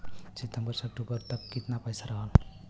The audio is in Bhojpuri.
सितंबर से अक्टूबर तक कितना पैसा रहल ह?